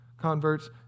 converts